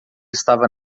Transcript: estava